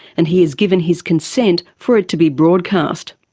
and he has given his consent for it to be broadcast.